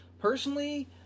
Personally